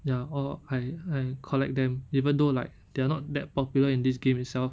ya or I I collect them even though like they are not that popular in this game itself